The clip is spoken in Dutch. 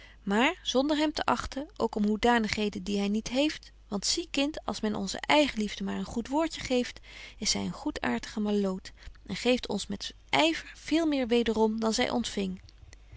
maar zonder hem te achten ook om hoedanigheden die hy niet heeft want zie kind als men onze eigenliefde maar een goed woordje geest is zy een goedaartige malloot en geeft ons met yver veel meer wederom dan zy ontfing